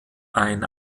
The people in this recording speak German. ein